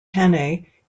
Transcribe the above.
hannay